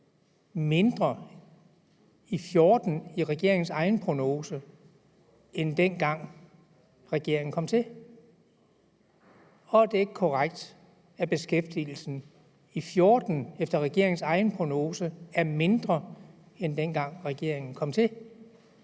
mindre i 2014 ifølge regeringens egen prognose, end dengang regeringen kom til? Er det ikke korrekt, at beskæftigelsen i 2014 efter regeringens egen prognose er mindre, end dengang regeringen kom til?